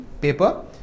paper